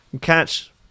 Catch